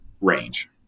range